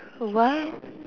what